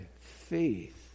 faith